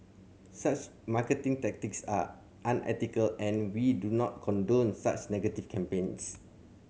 such marketing tactics are unethical and we do not condone such negative campaigns